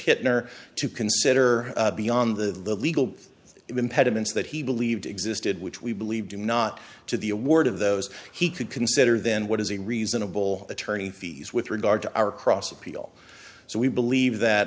hitler to consider beyond the legal impediments that he believed existed which we believe do not to the award of those he could consider then what is a reasonable attorney fees with regard to our cross appeal so we believe that